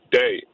day